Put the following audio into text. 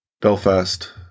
Belfast